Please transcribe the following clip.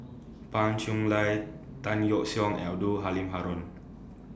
Pan Cheng Lui Tan Yeok Seong Abdul Halim Haron